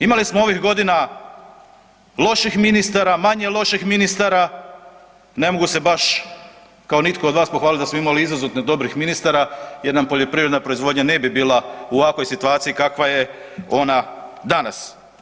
Imali smo ovih godina loših ministara, manje loših ministara, ne mogu se baš kao nitko od vas pohvaliti da smo imali izuzetno dobrih ministara jer nam poljoprivredna proizvodnja ne bi bila u ovakvoj situaciji kakva je ona danas.